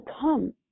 come